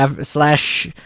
slash